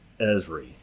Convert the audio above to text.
Esri